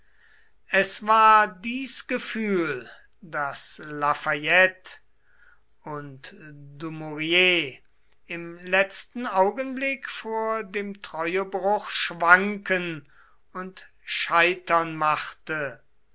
es war dies gefühl das lafayette und dumouriez im letzten augenblick vor dem treuebruch schwanken und scheitern machte